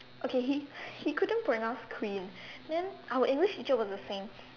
okay he he couldn't pronounce queen then our English teacher was a saint